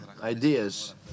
ideas